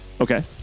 Okay